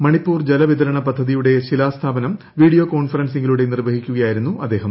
മണിപ്പൂർ ജലവിതരണ പദ്ധതിയുടെ ശിലാസ്ഥാപനം വീഡിയോ കോൺഫറൻസിംഗിലൂടെ നിർവ്വഹിക്കുകയായിരുന്നു അദ്ദേഹം